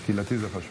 קהילתי זה חשוב.